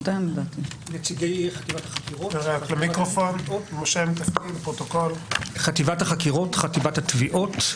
נציגי חטיבת החקירות, חטיבת התביעות,